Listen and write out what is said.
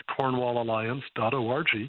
CornwallAlliance.org